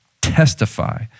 testify